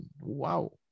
wow